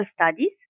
studies